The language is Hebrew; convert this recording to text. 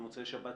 במוצאי שבת,